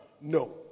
No